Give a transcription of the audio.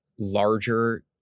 larger